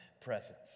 presence